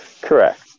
Correct